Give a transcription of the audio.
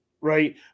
right